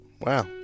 wow